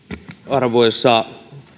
arvoisa